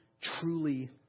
truly